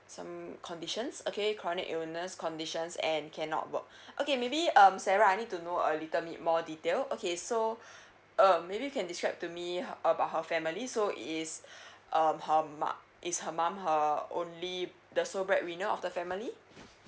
so conditions okay chronic illness conditions and cannot work okay maybe um sarah I need to know a little bit more detail okay so um maybe you can describe to me her about her family so is um her mom is her mom her only the sole breadwinner of the family